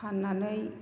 फाननानै